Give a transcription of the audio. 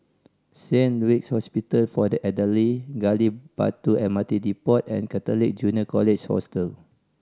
Saint Luke's Hospital for the Elderly Gali Batu M R T Depot and Catholic Junior College Hostel